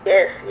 Yes